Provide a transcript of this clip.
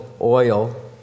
oil